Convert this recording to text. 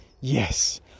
yes